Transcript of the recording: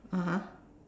(uh huh)